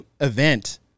event